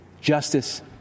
justice